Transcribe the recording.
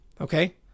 Okay